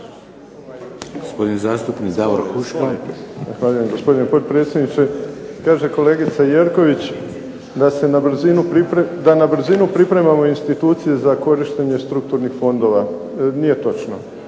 Zahvaljujem gospodine potpredsjedniče. Kaže kolegica Jerković, da na brzinu pripremamo institucije za korištenje strukturnih fondova. Nije točno.